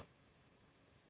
Grazie,